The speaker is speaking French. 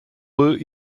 eux